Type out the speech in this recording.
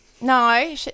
No